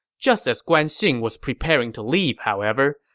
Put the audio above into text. just as guan xing was preparing to leave, however,